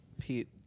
Pete